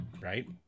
Right